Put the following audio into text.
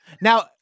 now